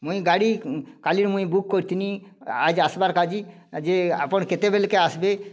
ମୁଇଁ ଗାଡ଼ି କାଲିରୁ ମୁଇଁ ବୁକ୍ କରିଥିନି ଆଜି ଆସବାର୍ କାଜି ଆଜି ଆପଣ କେତେବେଲେକେ ଆସବେ